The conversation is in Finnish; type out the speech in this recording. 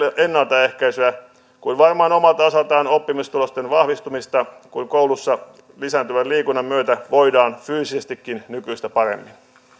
ennaltaehkäisyä kuin varmaan omalta osaltaan oppimistulosten vahvistumista kun koulussa lisääntyvän liikunnan myötä voidaan fyysisestikin nykyistä paremmin